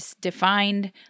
defined